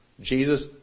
Jesus